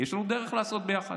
יש לנו עוד דרך לעשות ביחד.